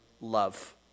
love